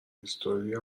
هیستوری